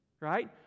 Right